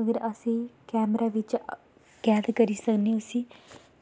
अगर असें कैमरे बिच्च कैद करी सकने उसी